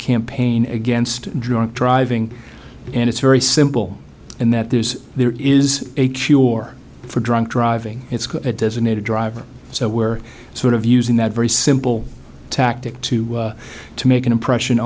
campaign against drunk driving and it's very simple in that there's there is a cure for drunk driving it's a designated driver so we're sort of using that very simple tactic to to make an impression